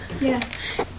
Yes